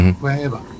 wherever